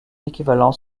équivalent